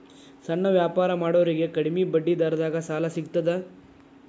ಸಣ್ಣ ವ್ಯಾಪಾರ ಮಾಡೋರಿಗೆ ಕಡಿಮಿ ಬಡ್ಡಿ ದರದಾಗ್ ಸಾಲಾ ಸಿಗ್ತದಾ?